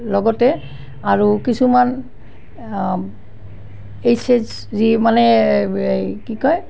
লগতে আৰু কিছুমান এইছ এছ জি মানে এই কি কয়